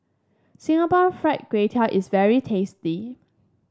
Singapore Fried Kway Tiao is very tasty